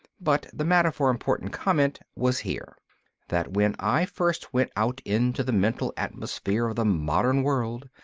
but the matter for important comment was here that when i first went out into the mental atmosphere of the modern world,